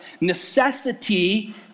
necessity